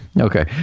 Okay